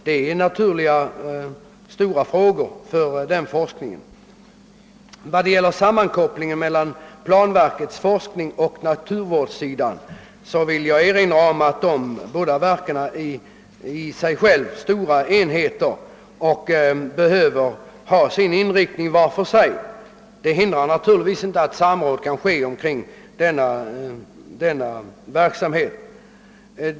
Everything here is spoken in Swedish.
Det är naturliga och stora frågor för denna forskning. Vad gäller sammankopplingen av planverkets forskning och naturvårdsverkets vill jag erinra om att de båda verken i sig själva är tillräckligt stora enheter. De behöver var för sig ha sin inriktning. Det hindrar naturligtvis inte att samordning kan ske mellan deras verksamhet beträffande forskning.